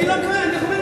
אני אדבר.